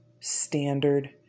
standard